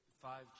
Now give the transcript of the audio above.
Five